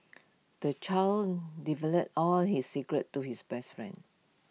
the child divulged all his secrets to his best friend